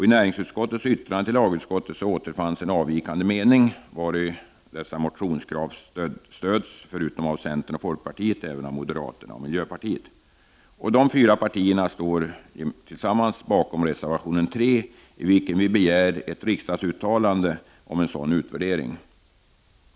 I näringsutskottets yttrande till lagutskottet återfinns en avvikande mening, vari dessa motionskrav stöds förutom av centern och folkpartiet även av moderaterna och miljöpartiet. Dessa fyra partier står även bakom reservation 3, i vilken vi begär ett riksdagsuttalande om en sådan utvärdering.